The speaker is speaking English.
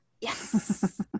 yes